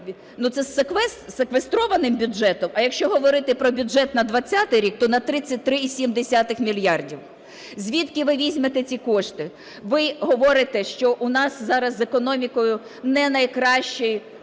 це з секвестрованим бюджетом, а якщо говорити про бюджет на 2020 рік, то на 33,7 мільярда. Звідки ви візьмете ці кошти? Ви говорите, що у нас зараз з економікою не найкраще